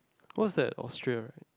what's that Austria right